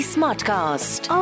Smartcast